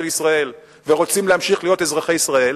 ישראל ורוצים להמשיך להיות אזרחי ישראל,